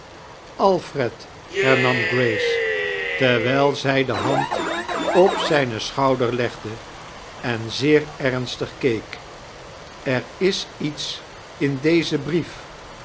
alfred hemam grace terwijl zij de hand op zijn sdhouder legde en zeer ernetig keek ar is iets in dezan brief